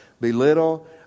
belittle